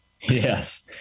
Yes